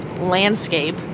landscape